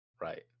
Right